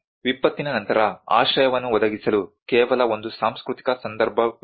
ವಿಪತ್ತಿನ ನಂತರ ಆಶ್ರಯವನ್ನು ಒದಗಿಸಲು ಕೇವಲ ಒಂದು ಸಾಂಸ್ಕೃತಿಕ ಸಂದರ್ಭವಿರಲಿಲ್ಲ